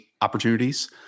opportunities